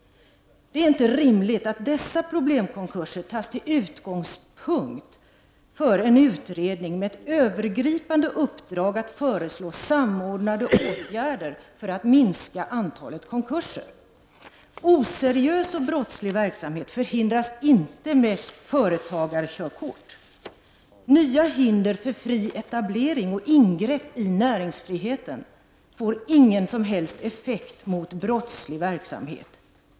Det är inte rimligt att dessa problemkonkurser tas till utgångspunkt för en utredning med ett övergripande uppdrag att föreslå samordnade åtgärder för att minska antalet konkurser. Oseriös eller brottslig verksamhet förhindras inte med ”företagarkörkort”. Nya hinder för fri etablering och ingrepp i näringsfriheten får ingen som helst effekt mot brottslig verksamhet.